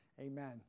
Amen